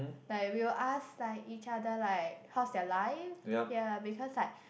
like we will ask like each other like how's their life ya because like